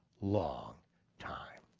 long time.